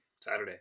Saturday